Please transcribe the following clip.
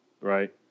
Right